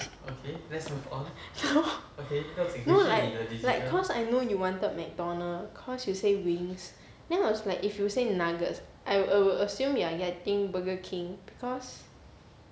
no like like cause I know you wanted mcdonald's cause you say wings then I was like if you say nuggets I wou~ I would assume you are getting burger king because